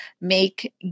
make